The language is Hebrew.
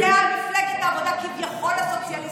זו מפלגת העבודה, כביכול הסוציאליסטית.